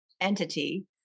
entity